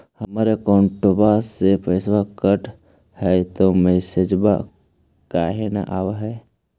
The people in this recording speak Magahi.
हमर अकौंटवा से पैसा कट हई त मैसेजवा काहे न आव है?